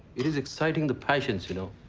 it is exciting the passions, you know.